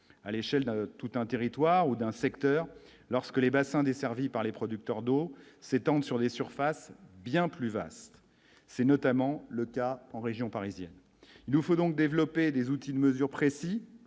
à l'échelle de tout un territoire ou d'un secteur lorsque les bassins desservis par les producteurs d'eau s'étendent sur des surfaces bien plus vaste, c'est notamment le cas en région parisienne, il nous faut donc développer des outils de mesure précis